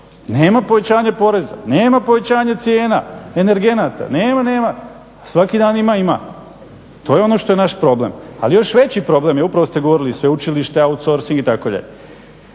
nema povećanje poreza, nema povećanje cijena, energenata, nema, nema, svaki dan ima, ima. To je ono što je naš problem. Ali još veći problem je upravo ste govorili sveučilišta, outsourcing itd.